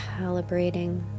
calibrating